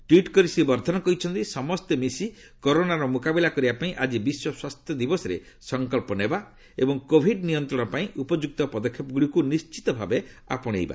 tweet କରି ଶ୍ରୀ ବର୍ଦ୍ଧନ କହିଛନ୍ତି ସମସ୍ତେ ମିଶି କରୋନାର ମୁକାବିଲା କରିବା ପାଇଁ ଆଜି ବିଶ୍ୱ ସ୍ୱାସ୍ଥ୍ୟ ଦିବସରେ ସଂକଳ୍ପ ନେବା ଏବଂ କୋଭିଡ ନିୟନ୍ତ୍ରଣ ପାଇଁ ଉପଯୁକ୍ତ ପଦକ୍ଷେପଗୁଡ଼ିକୁ ନିଶ୍ଚିତ ଭାବେ ଆପଣେଇବା